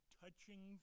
touching